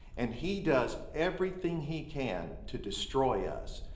and he does everything he can to destroy us,